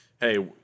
hey